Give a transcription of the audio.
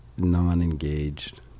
Non-engaged